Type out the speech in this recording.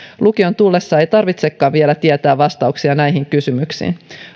lukioon tullessa ei tarvitsekaan vielä tietää vastauksia näihin kysymyksiin